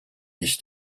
his